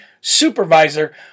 supervisor